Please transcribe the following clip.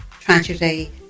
tragedy